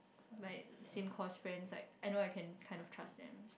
my same course friends like I know I can kind of trust them